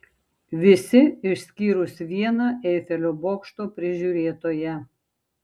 visi išskyrus vieną eifelio bokšto prižiūrėtoją